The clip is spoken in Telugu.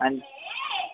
అది